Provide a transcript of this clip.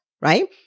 right